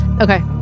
Okay